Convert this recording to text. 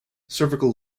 cervical